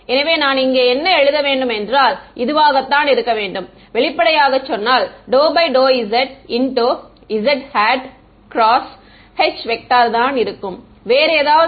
எனவே நான் இங்கே என்ன எழுத வேண்டும் என்றால் இதுவாகத்தான் இருக்க வேண்டும் வெளிப்படையாக சொன்னால் ∂ ∂zz×H தான் இருக்கும் வேறு எதாவது இருக்குமா